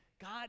God